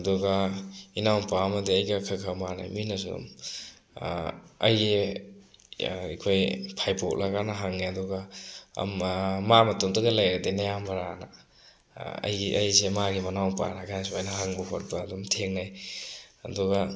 ꯑꯗꯨꯒ ꯏꯅꯥꯎꯄꯥ ꯑꯃꯗꯤ ꯑꯩꯒ ꯈꯔ ꯈꯔ ꯃꯥꯟꯅꯩ ꯃꯤꯅꯁꯨ ꯑꯩ ꯑꯩꯈꯣꯏ ꯐꯥꯏꯕꯣꯛꯂ ꯀꯥꯏꯅ ꯍꯪꯉꯦ ꯑꯗꯨꯒ ꯃꯥ ꯃꯇꯣꯝꯇꯒ ꯂꯩꯔꯗꯤ ꯅꯌꯥꯝꯕꯔꯥꯅ ꯑꯩꯁꯦ ꯃꯥꯒꯤ ꯃꯅꯥꯎ ꯅꯨꯄꯥꯔꯥ ꯀꯥꯏꯅ ꯁꯨꯃꯥꯏꯅ ꯍꯪꯕ ꯈꯣꯠꯄ ꯑꯗꯨꯝ ꯊꯦꯡꯅꯩ ꯑꯗꯨꯒ